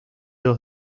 dos